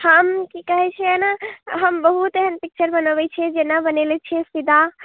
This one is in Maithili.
हम की कहै छै ने हम बहुत एहन पिक्चर बनऽबै छियै जेना बनेने छियै फिदा